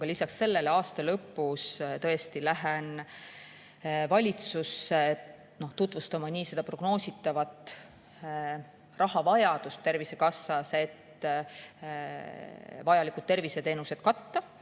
Lisaks sellele, aasta lõpus tõesti lähen valitsusse tutvustama prognoositavat rahavajadust Tervisekassas, et vajalikud terviseteenused katta,